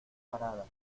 parada